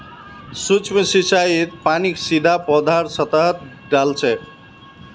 सूक्ष्म सिंचाईत पानीक सीधा पौधार सतहत डा ल छेक